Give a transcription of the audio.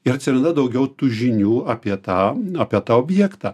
ir atsiranda daugiau tų žinių apie tą apie tą objektą